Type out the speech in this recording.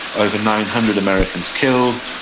over nine hundred americans killed,